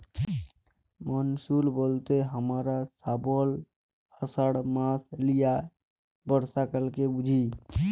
monsoon ব্যলতে হামরা শ্রাবল, আষাঢ় মাস লিয়ে বর্ষাকালকে বুঝি